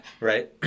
Right